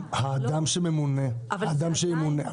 האדם שימונה,